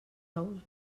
ous